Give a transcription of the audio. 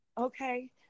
Okay